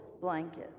blankets